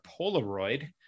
polaroid